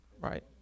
right